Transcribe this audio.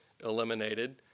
eliminated